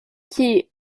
qui